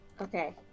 Okay